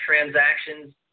transactions